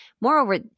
Moreover